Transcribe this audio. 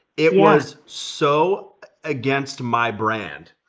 it was so against my brand,